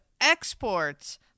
Exports